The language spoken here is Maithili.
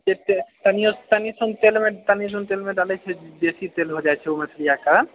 से तऽ तनियो तनिसँ तेलमे तनिसँ तेलमे डालै छै बेसी तेल भए जाइ छै ओ मछली अहाँकेँ